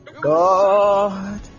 god